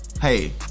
Hey